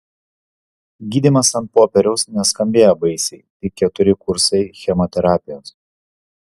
gydymas ant popieriaus neskambėjo baisiai tik keturi kursai chemoterapijos